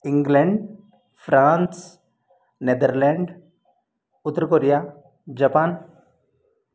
England France Netherland उत्त्रकोरिया Japan